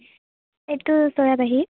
এইটো চৰাইবাহী